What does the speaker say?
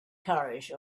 carriage